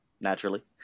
naturally